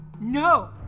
No